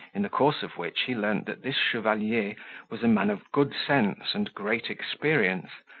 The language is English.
in the course of which he learned that this chevalier was a man of good sense and great experience,